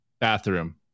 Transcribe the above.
bathroom